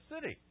city